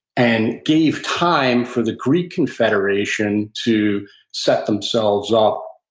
and gave time for the greek confederation to set themselves up,